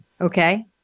Okay